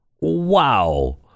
Wow